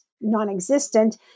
non-existent